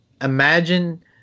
imagine